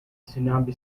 tsunami